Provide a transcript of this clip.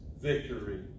victory